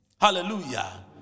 Hallelujah